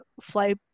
fly